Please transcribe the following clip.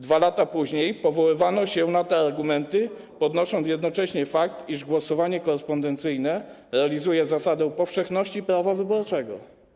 2 lata później powoływano się na te argumenty, podnosząc jednocześnie fakt, iż głosowanie korespondencyjne realizuje zasadę powszechności prawa wyborczego.